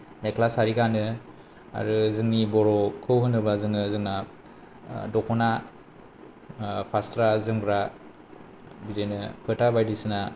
मेख्ला सारि गानो आरो जोंनि बर'खौ होनोब्ला जोङो जोंना दख'ना फास्रा जोमग्रा बिदिनो फोथा बायदिसिना